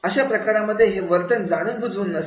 अशा प्रकारांमध्ये हे वर्तन जाणून बुजून नसते